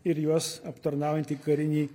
ir juos aptarnaujantį karinį